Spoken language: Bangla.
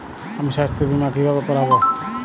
আমি স্বাস্থ্য বিমা কিভাবে করাব?